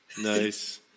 Nice